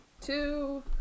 two